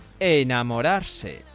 Enamorarse